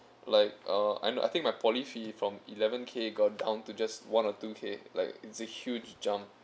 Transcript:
like uh I I think my poly fee from eleven K got down to just one or two K like it's a huge jump